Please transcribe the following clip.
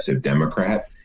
democrat